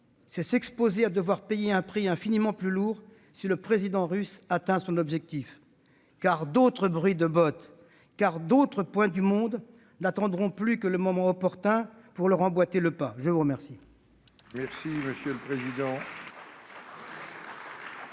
c'est s'exposer à devoir payer un prix infiniment plus lourd si le président russe atteint son objectif. Car d'autres bruits de bottes, en d'autres points du monde, n'attendront plus que le moment opportun pour se faire entendre.